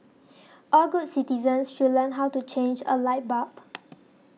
all good citizens should learn how to change a light bulb